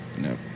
No